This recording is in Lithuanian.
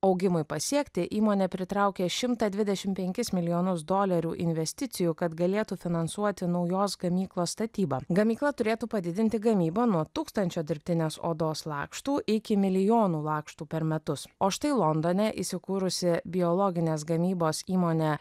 augimui pasiekti įmonė pritraukė šimtą dvidešimt penkis milijonus dolerių investicijų kad galėtų finansuoti naujos gamyklos statybą gamykla turėtų padidinti gamybą nuo tūkstančio dirbtinės odos lakštų iki milijonų lakštų per metus o štai londone įsikūrusi biologinės gamybos įmonė